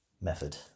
method